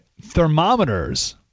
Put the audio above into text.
Thermometers